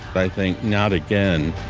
i think, not again.